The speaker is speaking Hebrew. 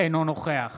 אינו נוכח